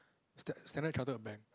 stan~ Standard Charted Bank